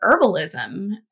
herbalism